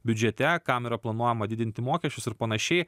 biudžete kam yra planuojama didinti mokesčius ir panašiai